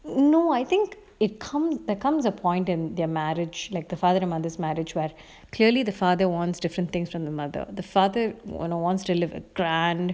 no I think it comes there comes a point in their marriage like the father and mother's marriage right clearly the father wants different things from the mother the father you know wants to live a grand